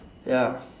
ya